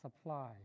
supply